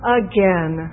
again